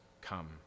come